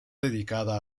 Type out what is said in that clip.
dedicada